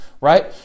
right